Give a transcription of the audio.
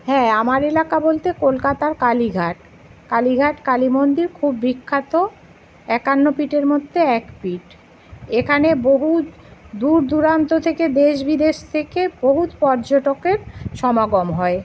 হ্যাঁ আমার এলাকা বলতে কলকাতার কালীঘাট কালীঘাট কালী মন্দির খুব বিখ্যাত একান্ন পীঠের মধ্যে একপীঠ এখানে বহু দূর দূরান্ত থেকে দেশ বিদেশ থেকে বহু পর্যটকের সমাগম হয়